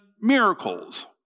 miracles